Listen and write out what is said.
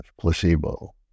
placebo